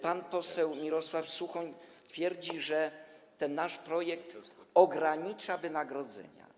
Pan poseł Mirosław Suchoń twierdzi, że nasz projekt ogranicza wynagrodzenia.